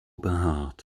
behaart